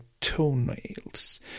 toenails